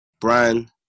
Brian